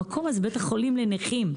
המקום הזה, בית החולים לנכים,